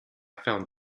found